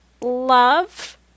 love